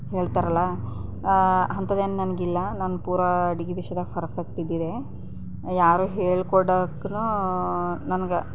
ಹೇಳ್ತಾರಲ್ಲ ಅಂಥದ್ದೇನು ನನಗಿಲ್ಲ ನಾನು ಪೂರಾ ಅಡುಗೆ ವಿಷಯದಾಗ ಫರ್ಫೆಕ್ಟ್ ಇದ್ದಿದ್ದೆ ಯಾರು ಹೇಳ್ಕೊಡೋಕೆ ನನ್ಗೆ